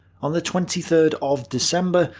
on the twenty third of december,